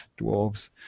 Dwarves